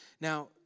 Now